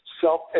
self